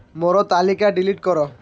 ମୋର ତାଲିକା ଡିଲିଟ୍ କର